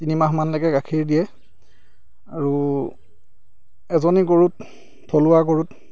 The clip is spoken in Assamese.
তিনিমাহমানলৈকে গাখীৰ দিয়ে আৰু এজনী গৰুত থলুৱা গৰুত